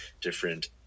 different